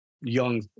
young